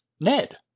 Ned